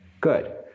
Good